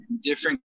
different